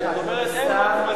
תודה רבה לך,